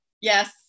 Yes